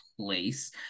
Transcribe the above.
place